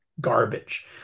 garbage